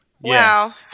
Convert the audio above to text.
Wow